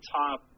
top